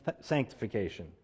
sanctification